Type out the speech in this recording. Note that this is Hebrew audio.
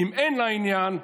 אם אין לה עניין,